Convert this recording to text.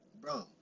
bro